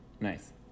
Nice